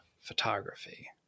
photography